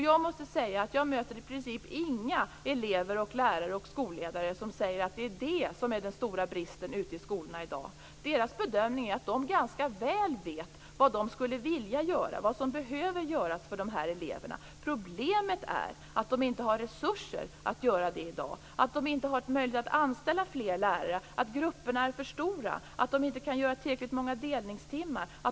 Jag måste säga att jag möter i princip inga elever, lärare och skolledare som säger att det är den stora bristen ute i skolorna i dag. Deras bedömning är att de ganska väl vet vad de skulle vilja göra och vad som behöver göras för de här eleverna. Problemet är att de inte har resurser att göra det i dag. De har inte möjlighet att anställa fler lärare. Grupperna är för stora. De kan inte göra tillräckligt många delningstimmar.